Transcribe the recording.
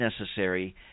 necessary